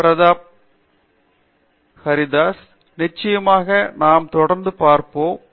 பேராசிரியர் பிரதாப் ஹரிதாஸ் நிச்சயமாகவே நாம் தொடர்ந்து பார்ப்போம்